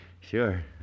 Sure